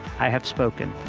i have spoken.